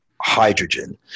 hydrogen